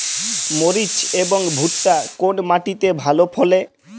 মরিচ এবং ভুট্টা কোন মাটি তে ভালো ফলে?